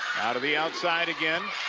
out of the outside again.